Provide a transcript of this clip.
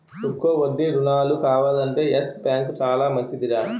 తక్కువ వడ్డీ రుణాలు కావాలంటే యెస్ బాంకు చాలా మంచిదిరా